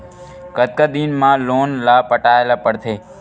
कतका दिन मा लोन ला पटाय ला पढ़ते?